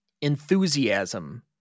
enthusiasm